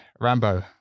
rambo